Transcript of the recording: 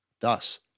thus